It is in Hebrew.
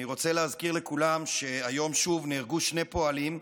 אני רוצה להזכיר לכולם שהיום שוב נהרגו שני פועלים,